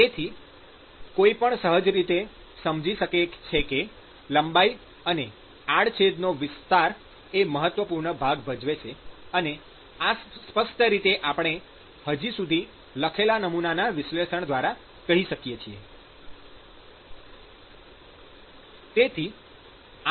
તેથી કોઈ પણ સહજ રીતે સમજી શકે છે કે લંબાઈ અને આડછેદનો વિસ્તાર એ મહત્વપૂર્ણ ભાગ ભજવે છે અને આ સ્પષ્ટ રીતે આપણે હજી સુધી લખેલા નમૂનાના વિશ્લેષણ દ્વારા કહી શકાય છે